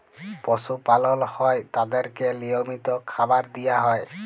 পশু পালল হ্যয় তাদেরকে লিয়মিত খাবার দিয়া হ্যয়